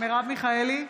מרב מיכאלי,